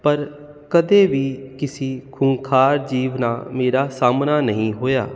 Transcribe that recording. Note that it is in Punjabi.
ਪਰ ਕਦੇ ਵੀ ਕਿਸੇ ਖੂੰਖਾਰ ਜੀਵ ਨਾ ਮੇਰਾ ਸਾਹਮਣਾ ਨਹੀਂ ਹੋਇਆ